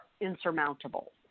insurmountable